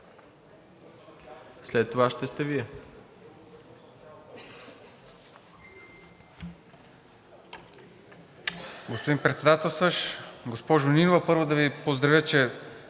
След това ще сте Вие.